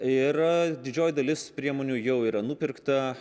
ir didžioji dalis priemonių jau yra nupirkta